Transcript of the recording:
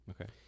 Okay